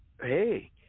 hey